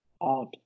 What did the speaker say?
odd